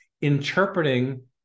interpreting